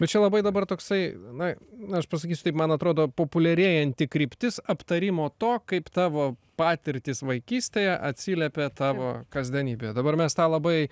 bet čia labai dabar toksai na na aš pasakysiu taip man atrodo populiarėjanti kryptis aptarimo to kaip tavo patirtys vaikystėje atsiliepia tavo kasdienybėje dabar mes tą labai